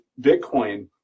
Bitcoin